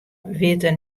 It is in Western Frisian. witte